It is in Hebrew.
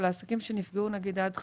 לעסקים שנפגעו עד 50%,